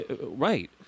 Right